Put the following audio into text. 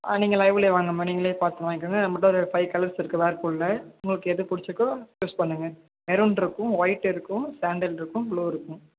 ஆ நீங்கள் லைவ்லையே வாங்க மேம் நீங்களே பார்த்து வாங்கிக்கோங்க நம்பள்கிட்ட ஒரு ஃபைவ் கலர்ஸ் இருக்குது வேர்பூலில் உங்களுக்கு எது பிடிச்சிருக்கோ சூஸ் பண்ணுங்க மெரூன் இருக்கும் வொயிட் இருக்கும் சேன்டில் இருக்கும் ப்ளு இருக்கும்